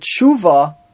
Tshuva